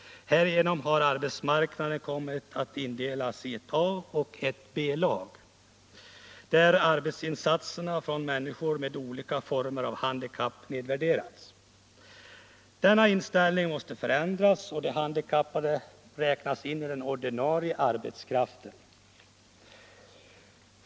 Härigenom har arbetsmarknaden kommit att indelas i ett A-lag och ett B-lag, där arbetsinsatserna från människor med olika former av handikapp nedvärderas. Denna inställning måste förändras och de handikappade räknas in i den ordinarie arbetskraften.